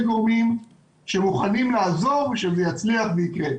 גורמים שמוכנים לעזור שזה יצליח ויקרה.